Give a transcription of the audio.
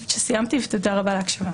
תודה רבה על ההקשבה.